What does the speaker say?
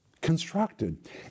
Constructed